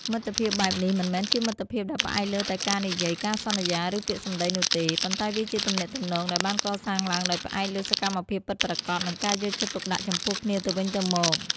មិត្តភាពបែបនេះមិនមែនជាមិត្តភាពដែលផ្អែកលើតែការនិយាយ ការសន្យា ឬពាក្យសម្ដីនោះទេ ប៉ុន្តែវាជាទំនាក់ទំនងដែលបានកសាងឡើងដោយផ្អែកលើសកម្មភាពពិតប្រាកដនិងការយកចិត្តទុកដាក់ចំពោះគ្នាទៅវិញទៅមក។